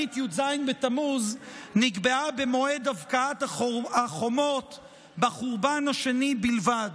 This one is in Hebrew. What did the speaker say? תענית י"ז בתמוז נקבעה במועד הבקעת החומות בחורבן השני בלבד,